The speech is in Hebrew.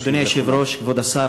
אדוני היושב-ראש,